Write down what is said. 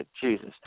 Jesus